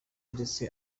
ndetse